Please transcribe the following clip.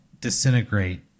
disintegrate